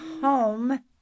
home